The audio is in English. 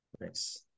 Nice